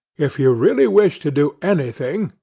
if you really wish to do anything,